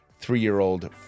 Three-year-old